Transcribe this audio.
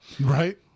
Right